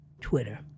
Twitter